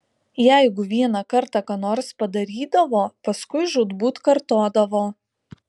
jeigu vieną kartą ką nors padarydavo paskui žūtbūt kartodavo